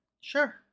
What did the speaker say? Sure